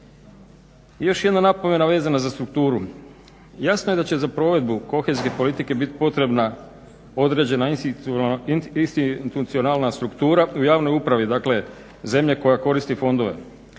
Još jedna napomena vezana za strukturu. Jasno je da će za provedbu kohezijske politike biti potrebna određena institucionalna struktura u javnoj upravi dakle zemlje koja koristi fondove.